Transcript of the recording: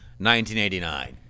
1989